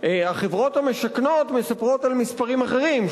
החברות המשכנות מספרות על מספרים אחרים: